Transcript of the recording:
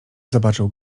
zobaczył